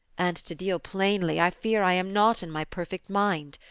and to deal plainly, i fear i am not in my perfect mind.